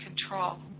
control